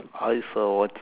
eyes are watching